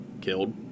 killed